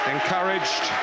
encouraged